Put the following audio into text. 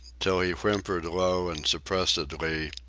till he whimpered low and suppressedly,